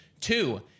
Two